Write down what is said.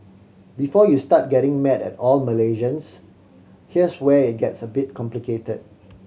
before you start getting mad at all Malaysians here's where it gets a bit complicated